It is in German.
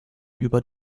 über